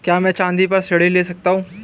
क्या मैं चाँदी पर ऋण ले सकता हूँ?